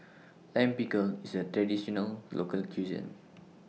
Lime Pickle IS A Traditional Local Cuisine